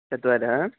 चत्वारि